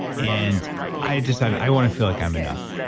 and i decided i want to feel like i'm enough.